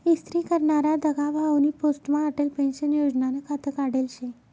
इस्तरी करनारा दगाभाउनी पोस्टमा अटल पेंशन योजनानं खातं काढेल शे